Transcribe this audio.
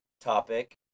topic